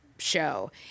Show